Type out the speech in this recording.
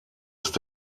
ist